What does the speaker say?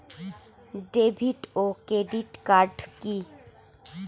David ও credit card কি?